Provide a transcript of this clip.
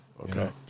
Okay